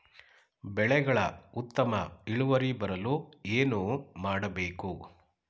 ಬೆಳೆಗಳ ಉತ್ತಮ ಇಳುವರಿ ಬರಲು ಏನು ಮಾಡಬೇಕು?